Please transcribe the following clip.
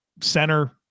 center